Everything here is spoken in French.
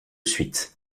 suite